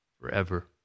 forever